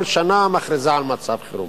כל שנה מכריזה על מצב חירום.